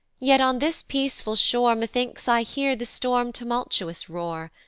yet on this peaceful shore methinks i hear the storm tumultuous roar,